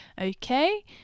Okay